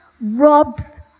robs